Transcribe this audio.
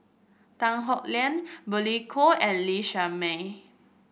Tan Howe Liang Billy Koh and Lee Shermay